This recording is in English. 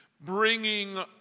bringing